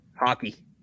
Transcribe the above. Hockey